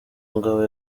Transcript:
mugabo